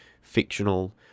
fictional